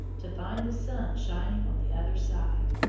to find the sun shining on the other side.